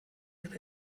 ihre